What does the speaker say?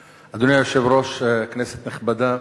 היושב-ראש, כנסת נכבדה,